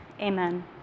Amen